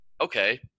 okay